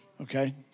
Okay